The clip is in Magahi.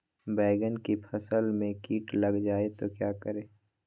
बैंगन की फसल में कीट लग जाए तो क्या करें?